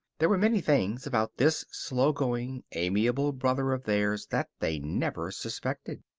there were many things about this slow-going, amiable brother of theirs that they never suspected.